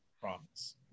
promise